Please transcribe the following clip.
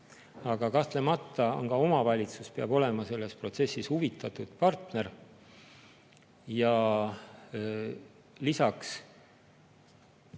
Aga kahtlemata peab ka omavalitsus olema selles protsessis huvitatud partner. Lisaks